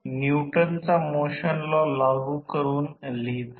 या पुरवठ्यात voltage V 1 आहे